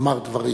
לומר דברים.